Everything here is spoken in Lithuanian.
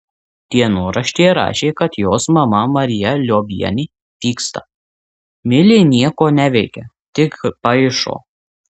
dienoraštyje rašė kad jos mama marija liobienė pyksta milė nieko neveikia tik paišo